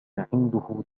عنده